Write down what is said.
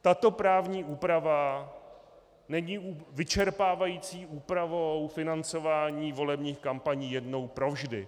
Tato právní úprava není vyčerpávající úpravou financování volebních kampaní jednou provždy.